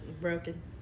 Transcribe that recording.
broken